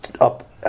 up